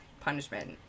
punishment